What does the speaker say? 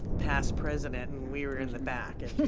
past president and we were in the back as